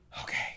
Okay